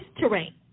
terrain